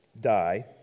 die